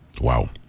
Wow